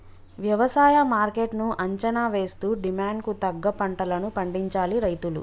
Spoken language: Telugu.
వ్యవసాయ మార్కెట్ ను అంచనా వేస్తూ డిమాండ్ కు తగ్గ పంటలను పండించాలి రైతులు